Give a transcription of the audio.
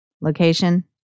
location